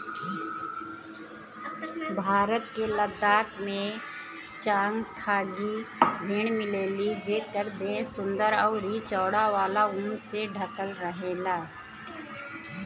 भारत के लद्दाख में चांगथांगी भेड़ मिलेली जेकर देह सुंदर अउरी चौड़ा वाला ऊन से ढकल रहेला